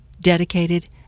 dedicated